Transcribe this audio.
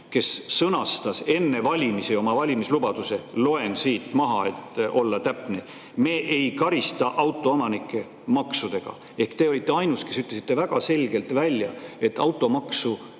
kes sõnastas enne valimisi valimislubaduse – loen maha, et olla täpne – "Me ei karista autoomanikke maksudega". Te olite ainus, kes ütles väga selgelt välja, et automaksu